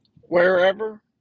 wherever